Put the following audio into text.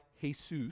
Jesus